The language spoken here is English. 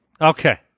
Okay